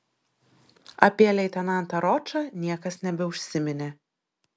apie leitenantą ročą niekas nebeužsiminė